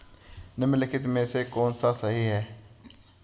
निम्नलिखित में से कौन सा सही है?